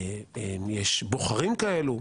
יש בוחרים כאלו.